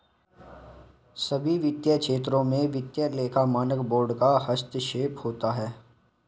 सभी वित्तीय क्षेत्रों में वित्तीय लेखा मानक बोर्ड का हस्तक्षेप होता है